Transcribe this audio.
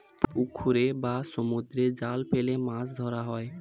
পুকুরে বা সমুদ্রে জাল ফেলে মাছ ধরা হয়